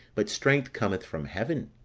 but strength cometh from heaven.